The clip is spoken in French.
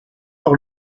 par